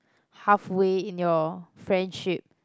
halfway in your friendship